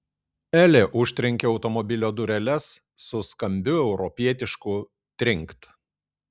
elė užtrenkė automobilio dureles su skambiu europietišku trinkt